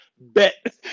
Bet